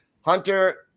Hunter